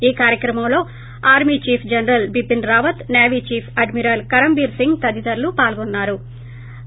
ఈ కార్యక్రమంలో army chief general Bipin Rawat navy chief admiral Karambir Singh తదితరులు పాల్గొన్సారు